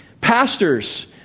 Pastors